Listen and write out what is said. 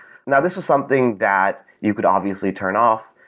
now this was something that you could obviously turn off,